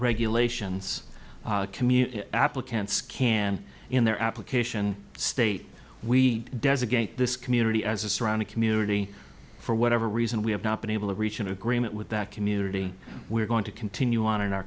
regulations community applicants can in their application state we designate this community as a surrounding community for whatever reason we have not been able to reach an agreement with that community we're going to continue on in our